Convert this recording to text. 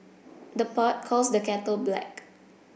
the pot calls the kettle black